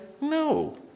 No